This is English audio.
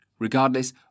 Regardless